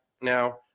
now